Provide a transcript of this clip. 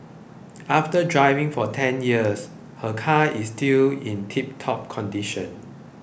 after driving for ten years her car is still in tiptop condition